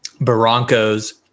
Broncos